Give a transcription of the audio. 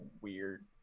weird